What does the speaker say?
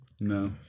No